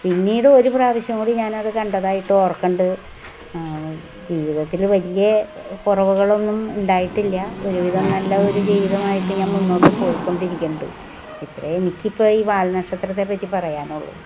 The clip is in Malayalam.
പിന്നീട് ഒരു പ്രാവശ്യം കൂടി ഞാൻ അത് കണ്ടതായിട്ട് ഓർക്കുന്നുണ്ട് ജീവിതത്തിൽ വലിയ കുറവുകളൊന്നും ഉണ്ടായിട്ടില്ല ഒരു വിധം നല്ല ഒരു ജീവിതമായിട്ട് ഞാൻ മുന്നോട്ട് പോയി കൊണ്ടിരിക്കുന്നുണ്ട് ഇത്രയേ എനിക്ക് ഇപ്പം ഈ വാൽ നക്ഷത്രത്തെ പറ്റി പറയാനുള്ളു